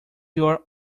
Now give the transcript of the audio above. your